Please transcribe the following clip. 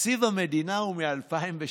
תקציב המדינה הוא מ-2018.